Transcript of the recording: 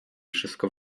wszystko